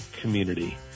community